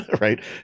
right